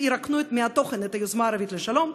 אם ירוקנו מתוכן את היוזמה הערבית לשלום,